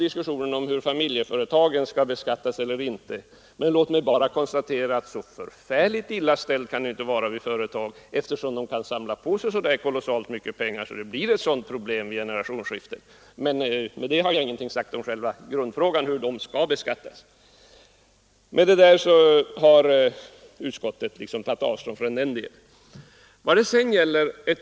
Jag skall inte diskutera hur familjeföretagen skall beskattas, men låt mig konstatera att det inte kan vara så förfärligt illa ställt med företagen, eftersom de kan samla på sig så kolossalt mycket pengar att det blir problem vid generationsskiften. Med detta har jag ingenting sagt om själva grundfrågan hur dessa företag skall beskattas. Men utskottet har tagit avstånd från motionärernas tankegång i denna del.